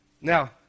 Now